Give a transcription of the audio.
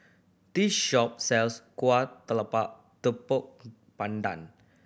this shop sells kuah talam tepong pandan